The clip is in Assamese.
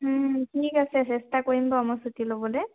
ঠিক আছে চেষ্টা কৰিম বাৰু মই ছুটি ল'বলৈ